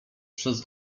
przez